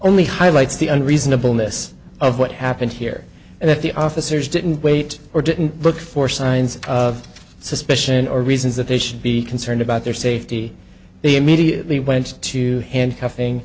only highlights the and reasonableness of what happened here and if the officers didn't wait or didn't look for signs of suspicion or reasons that they should be concerned about their safety they immediately went to handcuffin